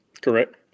correct